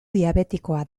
diabetikoa